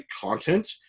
content